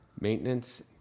maintenance